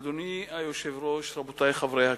אדוני היושב-ראש, רבותי חברי הכנסת,